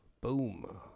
Boom